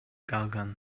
калган